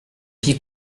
pis